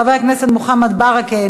חבר הכנסת מאיר שטרית,